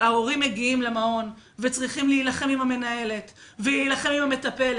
ההורים מגיעים למעון וצריכים להילחם עם המנהלת ולהילחם עם המטפלת,